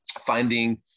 finding